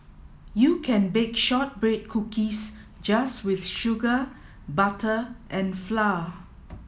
you can bake shortbread cookies just with sugar butter and flour